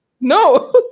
No